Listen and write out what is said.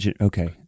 Okay